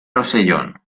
rosellón